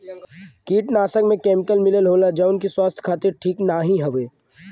कीटनाशक में केमिकल मिलल होला जौन की स्वास्थ्य खातिर ठीक नाहीं हउवे